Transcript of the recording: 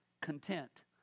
content